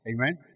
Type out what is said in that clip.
Amen